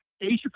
Asia